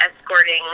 escorting